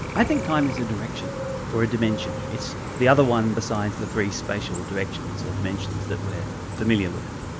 i think time is a direction or a dimension it's the other one besides the three spatial directions or dimensions that we're familiar with.